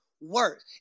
work